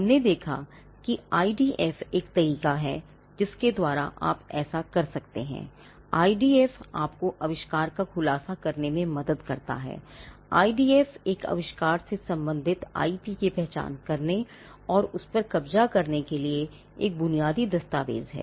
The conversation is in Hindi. हमने देखा कि आईडीएफ की पहचान करने और उस पर कब्जा करने के लिए एक बुनियादी दस्तावेज है